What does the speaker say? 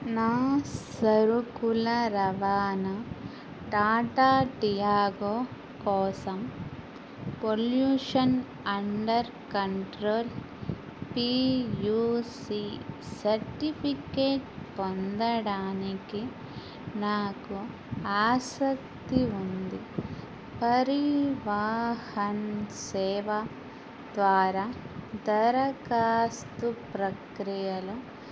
నా సరుకుల రవాణా టాటా టియాగో కోసం pollution under control P U C certificate పొందడానికి నాకు ఆసక్తి ఉంది పరివాహన్ సేవ ద్వారా దరఖాస్తు ప్రక్రియలో